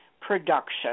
production